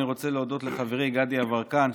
אני רוצה להודות לחברי גדי יברקן,